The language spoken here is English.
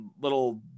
little